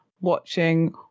watching